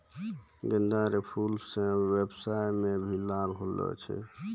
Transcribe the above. गेंदा रो फूल से व्यबसाय मे भी लाब होलो छै